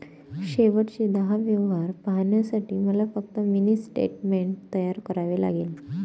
शेवटचे दहा व्यवहार पाहण्यासाठी मला फक्त मिनी स्टेटमेंट तयार करावे लागेल